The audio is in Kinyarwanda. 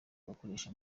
bakoresha